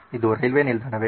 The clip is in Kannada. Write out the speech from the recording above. ಇದು ರೈಲ್ವೆ ನಿಲ್ದಾಣವೇ